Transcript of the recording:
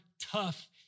tough